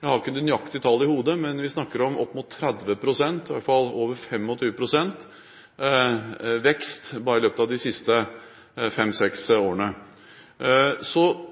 Jeg har ikke det nøyaktige tallet i hodet, men vi snakker om mellom 25 og 30 pst. vekst i løpet av de siste fem–seks årene.